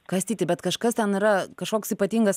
kastyti bet kažkas ten yra kažkoks ypatingas